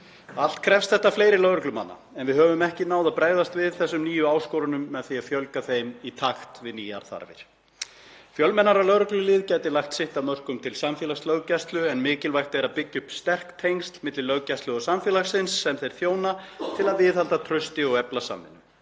Allt krefst þetta fleiri lögreglumanna en við höfum ekki náð að bregðast við þessum nýju áskorunum með því að fjölga þeim í takt við nýjar þarfir. Fjölmennara lögreglulið gæti lagt sitt af mörkum til samfélagslöggæslu en mikilvægt er að byggja upp sterk tengsl milli löggæslu og samfélagsins sem lögreglan þjónar til að viðhalda trausti og efla samvinnu.